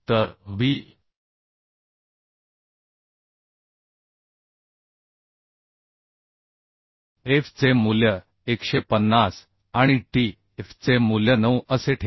तर b f चे मूल्य 150 आणि t f चे मूल्य 9 असे ठेवा